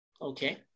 Okay